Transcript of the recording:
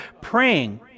praying